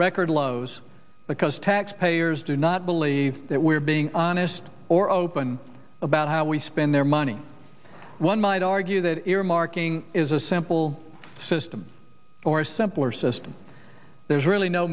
record lows because tax payers do not believe that we're being honest or open about how we spend their money one might argue that earmarking is a simple system or a simpler system there's really no